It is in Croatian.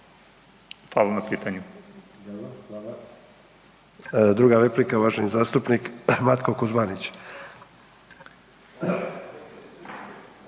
hvala. Druga replika uvaženi zastupnik Matko Kuzmanić.